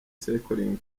cycling